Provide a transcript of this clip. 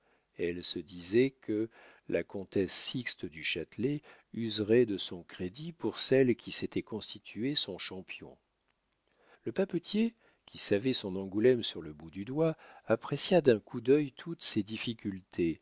elle se disait que la comtesse sixte du châtelet userait de son crédit pour celle qui s'était constituée son champion le papetier qui savait son angoulême sur le bout du doigt apprécia d'un coup d'œil toutes ces difficultés